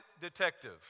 detective